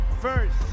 first